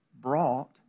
brought